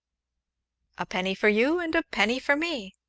a penny for you, and a penny for me.